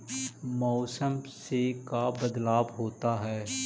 मौसम से का बदलाव होता है?